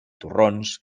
torrons